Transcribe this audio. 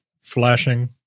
flashing